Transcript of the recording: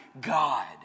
God